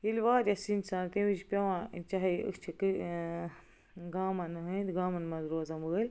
ییٚلہ واریاہ تمہِ وِزِ چھِ پیٚوان چاہے أسۍ چھِ کَہ ٲں گامن ہٚندۍ گامن منٛز روزن وٲلۍ